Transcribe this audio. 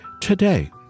today